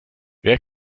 wer